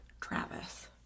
Travis